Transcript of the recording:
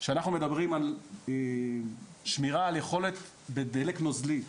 כאשר אנחנו מדברים על שמירה על יכולת דלק נוזלי,